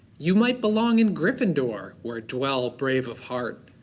you might belong in gryffindor or dwell brave of heart,